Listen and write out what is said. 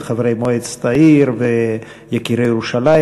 חברי מועצת העיר ויקירי ירושלים.